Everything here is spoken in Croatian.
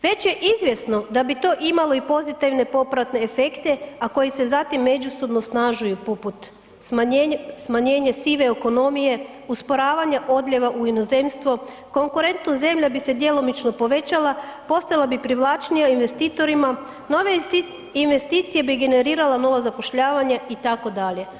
Već je izvjesno da bi to imali i pozitivne poprate efekte, a koji se zatim međusobno osnažuju, poput smanjenje sive ekonomije, usporavanja odljeva u inozemstvo, konkurentnost zemlja bi se djelomično povećala, postala bi privlačnija investitorima, nove investicije bi generirala nova zapošljavanje, itd.